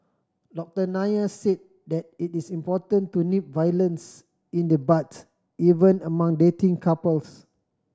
Doctor Nair said that it is important to nip violence in the bud even among dating couples